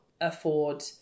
afford